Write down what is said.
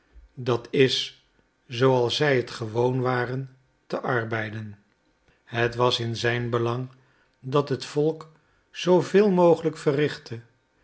d i zooals zij het gewoon waren te arbeiden het was in zijn belang dat het volk zooveel mogelijk verrichtte